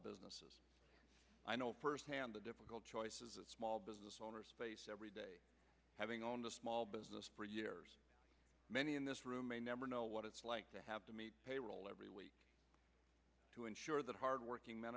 businesses i know firsthand the difficult choices a small business owners face every day having owned a small business for years many in this room may never know what it's like to have to meet payroll every week to ensure that hard working men